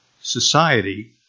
society